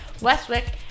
Westwick